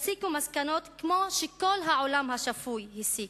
ותסיקו מסקנות כמו שכל העולם השפוי הסיק.